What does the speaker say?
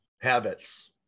habits